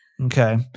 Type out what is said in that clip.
Okay